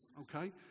Okay